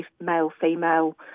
male-female